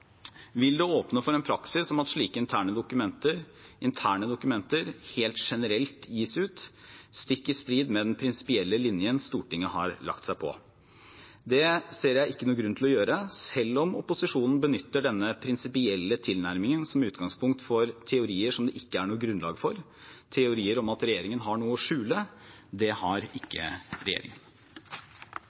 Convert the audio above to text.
det åpne for en praksis om at slike interne dokumenter helt generelt gis ut, stikk i strid med den prinsipielle linjen Stortinget har lagt seg på. Det ser jeg ikke noen grunn til å gjøre, selv om opposisjonen benytter denne prinsipielle tilnærmingen som utgangspunkt for teorier som det ikke er noe grunnlag for – teorier om at regjeringen har noe å skjule. Det har ikke regjeringen.